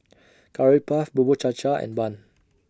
Curry Puff Bubur Cha Cha and Bun